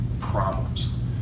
problems